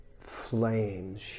flames